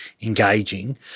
engaging